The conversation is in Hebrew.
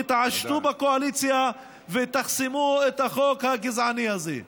תתעשתו בקואליציה ותחסמו את החוק הגזעני הזה.